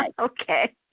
Okay